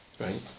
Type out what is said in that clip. Right